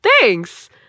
Thanks